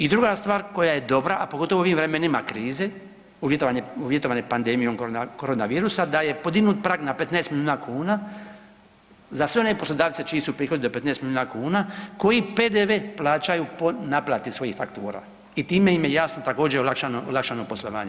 I druga stvar koja je dobra, a pogotovo u ovim vremenima krize uvjetovane pandemijom korona virusa da je podignut prag na 15 miliona kuna za sve one poslodavce čiji su prihodi do 15 miliona kuna koji PDV plaćaju po naplati svojih faktura i time im je jasno također olakšano poslovanje.